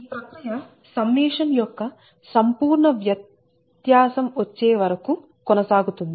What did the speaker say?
ఈ ప్రక్రియ సమ్మేషన్ యొక్క సంపూర్ణ వ్యత్యాసం వచ్చేవరకు కొనసాగుతుంది